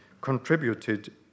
contributed